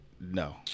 no